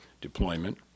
deployment